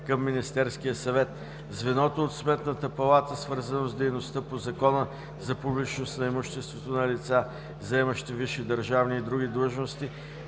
към Министерския съвет, звеното от Сметната палата, свързано с дейността по Закона за публичност на имуществото на лица, заемащи висши държавни и други длъжности,